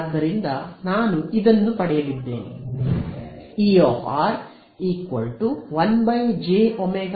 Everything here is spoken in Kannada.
ಆದ್ದರಿಂದ ನಾನು ಇದನ್ನು ಪಡೆಯಲಿದ್ದೇನೆ